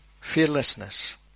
fearlessness